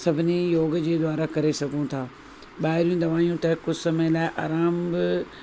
सभिनी योग जे द्वारा करे सघूं था ॿाहिरि जूं दवाऊं त कुझु समय लाइ आरामु